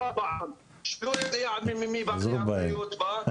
שלא יודע מי אמור להיות בה.